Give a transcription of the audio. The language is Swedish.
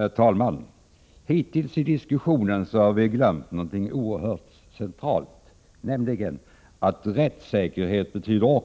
Herr talman! Hittills i diskussionen har vi glömt någonting oerhört centralt, nämligen att rättssäkerhet också betyder